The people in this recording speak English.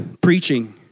preaching